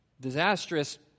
Disastrous